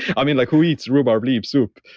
i mean, like who eats rhubarb leaves soup?